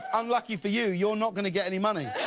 unlucky for you, you are not going to get any money.